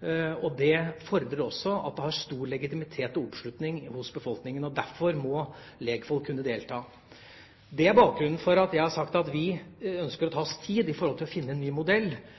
Det fordrer også at det har stor legitimitet og oppslutning i befolkningen. Derfor må lekfolk kunne delta. Det er bakgrunnen for at jeg har sagt at vi ønsker å ta oss tid til å finne en ny modell,